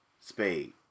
Spade